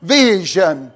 vision